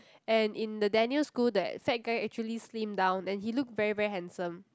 and in the Daniel school that fat guy actually slim down and he look very very handsome